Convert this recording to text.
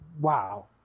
wow